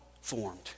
formed